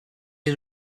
est